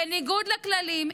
בניגוד לכללים,